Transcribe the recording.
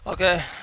Okay